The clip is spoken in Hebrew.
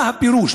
מה הפירוש?